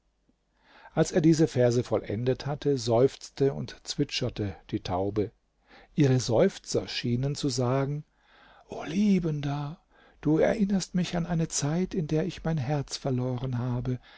als er diese verse vollendet hatte seufzte und zwitscherte die taube ihre seufzer schienen zu sagen o liebender du erinnerst mich an eine zeit in der ich mein herz verloren habe